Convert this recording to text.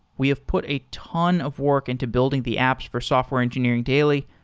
we have put a ton of work into building the apps for software engineering daily.